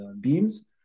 beams